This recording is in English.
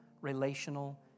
relational